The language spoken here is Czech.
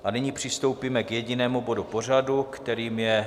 A nyní přistoupíme k jedinému bodu pořadu, kterým je